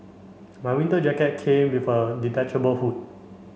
my winter jacket came with a detachable hood